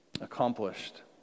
accomplished